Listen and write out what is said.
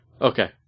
Okay